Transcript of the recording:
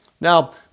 Now